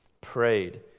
prayed